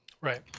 Right